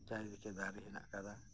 ᱪᱟᱨᱤ ᱫᱤᱠᱮ ᱫᱟᱨᱮ ᱦᱮᱱᱟᱜ ᱠᱟᱫᱟ